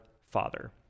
father